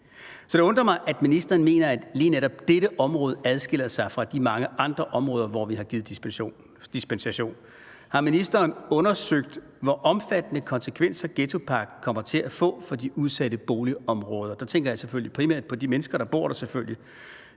Så det undrer mig, at ministeren mener, at lige netop dette område adskiller sig fra de mange andre områder, hvor vi har givet dispensation. Har ministeren undersøgt, hvor omfattende konsekvenser ghettopakken kommer til at få for de udsatte boligområder nu? Her tænker jeg selvfølgelig primært på de mennesker, der bor der, og